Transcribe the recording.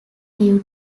due